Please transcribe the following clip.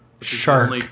Shark